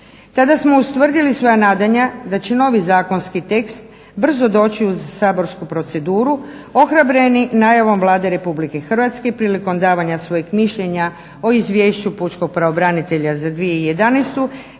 Tada smo ustvrdili svoja nadanja da će novi zakonski tekst brzo doći u saborsku proceduru ohrabreni najavom Vlade Republike Hrvatske prilikom davanja svojih mišljenja o izvješću pučkog pravobranitelja za 2011.